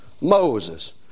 Moses